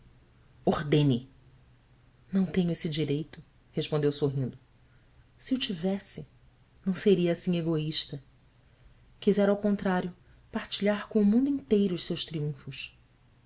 rdene ão tenho esse direito respondeu sorrindo e o tivesse não seria assim egoísta quisera ao contrário partilhar com o mundo inteiro os seus triunfos